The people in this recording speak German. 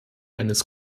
eines